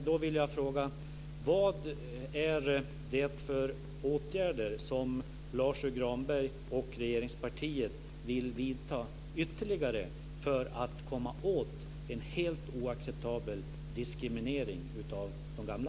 Då vill jag fråga: Vilka åtgärder vill Lars U Granberg och regeringspartiet vidta ytterligare för att komma åt en helt oacceptabel diskriminering av de gamla?